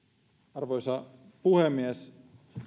arvoisa puhemies